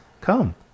come